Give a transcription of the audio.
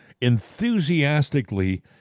enthusiastically